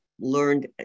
learned